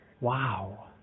Wow